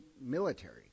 military